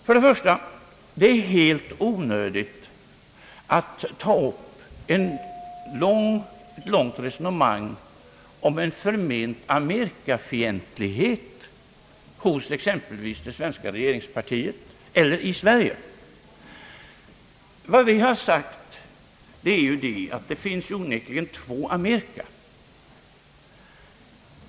För det första är det helt onödigt att ta upp ett långt resonemang om en förment amerikafientlighet hos exempelvis det svenska regeringspartiet eller i Sverige. Vad vi har sagt är att det onekligen finns två Amerika.